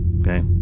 Okay